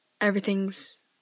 everything's